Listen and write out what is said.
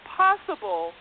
possible